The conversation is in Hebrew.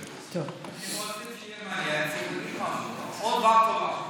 אם רוצים שיהיה מעניין, או דבר תורה.